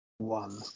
One